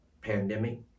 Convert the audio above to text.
pandemic